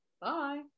Bye